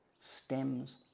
stems